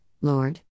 Lord